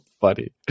funny